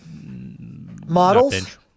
Models